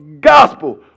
gospel